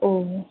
ஓ ஓ